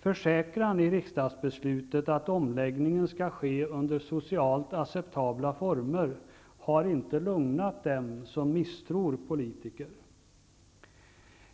Försäkran i riksdagsbeslutet att omläggningen skall ske under socialt acceptabla former har inte lugnat dem som misstror politiker.